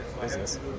business